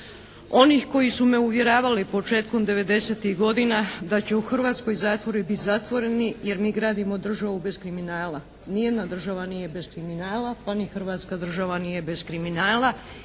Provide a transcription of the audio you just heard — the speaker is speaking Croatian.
onih koji su me uvjeravali početkom 90-tih godina da će u Hrvatskoj zatvori biti zatvoreni jer mi gradimo državu bez kriminala. Ni jedna država nije bez kriminala pa ni Hrvatska država nije bez kriminala